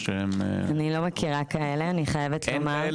אני לא מכירה אלה, אני חייבת לומר.